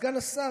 סגן השר,